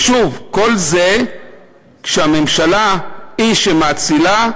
שוב, כל זה כשהממשלה היא שמאצילה,